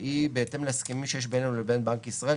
שהיא בהתאם להסכמים שיש בינינו לבין בנק ישראל,